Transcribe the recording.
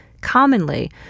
Commonly